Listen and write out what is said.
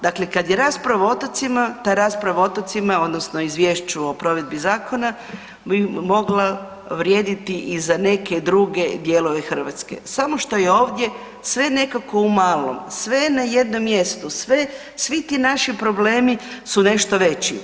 Dakle, kad je rasprava o otocima ta rasprava o otocima odnosno izvješću o provedbi zakona bi mogla vrijediti i za neke druge dijelove Hrvatske samo što je ovdje sve nekako u malom, sve je na jednom mjestu, svi tu naši problemi su nešto veći.